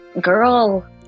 girl